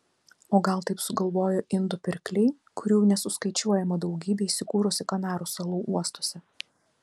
o gal taip sugalvojo indų pirkliai kurių nesuskaičiuojama daugybė įsikūrusi kanarų salų uostuose